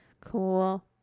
cool